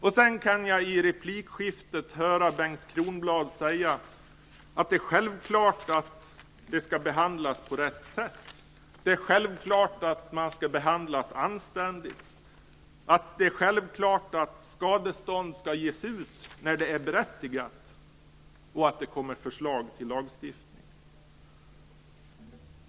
Och i ett replikskifte kunde jag höra Bengt Kronblad säga att det är självklart att man skall behandlas på rätt sätt, att man skall behandlas anständigt, att skadestånd skall ges ut när det är berättigat och att det kommer förslag till lagstiftning.